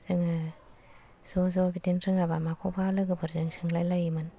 जोङो ज' ज' बिदिनो रोङाबा माखौबा लोगोफोरजों सोंलायलायोमोन